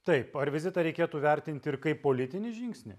taip ar vizitą reikėtų vertinti ir kaip politinį žingsnį